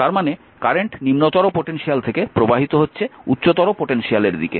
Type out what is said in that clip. তার মানে কারেন্ট নিম্নতর পোটেনশিয়াল থেকে প্রবাহিত হচ্ছে উচ্চতর পোটেনশিয়ালের দিকে